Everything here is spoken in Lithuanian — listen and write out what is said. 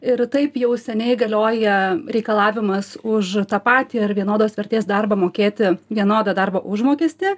ir taip jau seniai galioja reikalavimas už tą patį ar vienodos vertės darbą mokėti vienodą darbo užmokestį